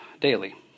daily